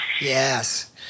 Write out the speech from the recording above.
Yes